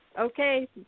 Okay